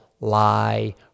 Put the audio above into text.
lie